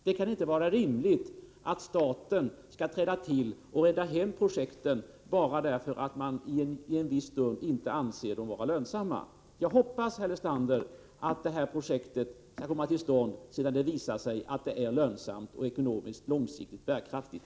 Det kan inte vara rimligt att staten skall träda till och rädda hem ett projekt bara därför att man i en viss stund inte ansett projektet vara lönsamt. Jag hoppas, herr Lestander, att det här projektet kommer till stånd sedan det visat sig vara lönsamt och ekonomiskt långsiktigt bärkraftigt.